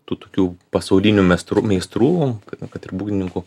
tų tokių pasaulinių mestrų meistrų kad ir būgnininkų